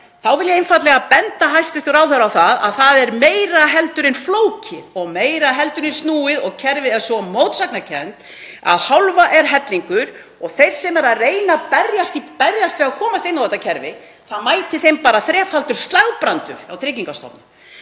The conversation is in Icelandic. ég vil einfaldlega benda hæstv. ráðherra á að það er meira heldur en flókið og meira heldur en snúið og kerfið er svo mótsagnakennt að það hálfa er hellingur og þeim sem eru að reyna að berjast við að komast inn á þetta kerfi mætir bara þrefaldur slagbrandur hjá Tryggingastofnun,